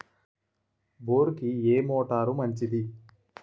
బోరుకి ఏ మోటారు మంచిది?